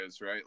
right